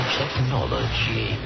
technology